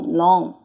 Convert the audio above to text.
long